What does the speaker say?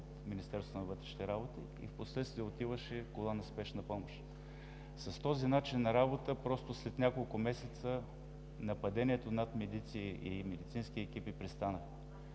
Министерството на вътрешните работи, впоследствие отиваше кола на Спешната помощ. По този начин на работа просто след няколко месеца нападенията над медици и медицински екипи престанаха.